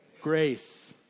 Grace